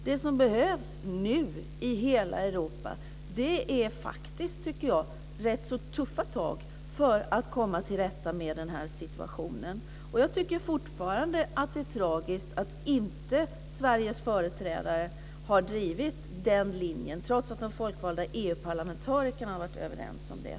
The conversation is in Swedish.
Det som nu behövs i hela Europa är rätt så tuffa tag för att komma till rätta med situationen. Jag tycker fortfarande att det är tragiskt att inte Sveriges företrädare har drivit den linjen, trots att de folkvalda EU parlamentarikerna har varit överens om det.